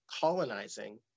colonizing